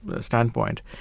standpoint